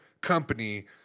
company